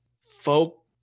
folk